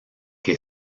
que